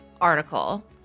article